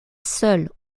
seul